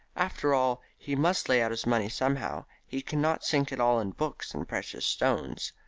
after all, he must lay out his money somehow. he cannot sink it all in books and precious stones.